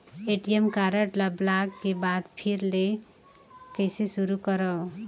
ATM card ल block के बाद फिर ले कइसे शुरू करव?